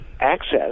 access